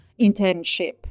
internship